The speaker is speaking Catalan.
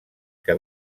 que